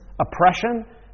oppression